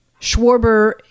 Schwarber